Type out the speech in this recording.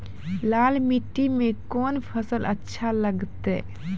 लाल मिट्टी मे कोंन फसल अच्छा लगते?